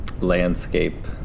landscape